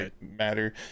matter